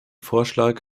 vorschlag